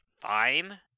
fine